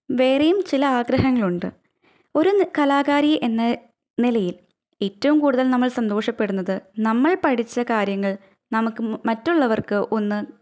വേറെയും ചില ആഗ്രഹങ്ങളുണ്ട് ഒരു കലാകാരി എന്ന നിലയിൽ ഏറ്റവും കൂടുതൽ നമ്മൾ സന്തോഷപ്പെടുന്നത് നമ്മൾ പഠിച്ച കാര്യങ്ങൾ നമുക്ക് മറ്റുള്ളവർക്ക് ഒന്ന്